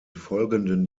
folgenden